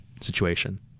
situation